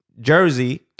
Jersey